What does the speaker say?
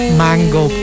mango